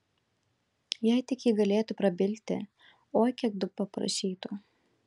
jei tik ji galėtų prabilti oi kiek daug paprašytų